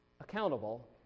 accountable